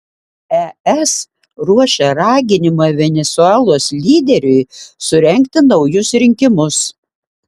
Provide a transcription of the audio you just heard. es ruošia raginimą venesuelos lyderiui surengti naujus rinkimus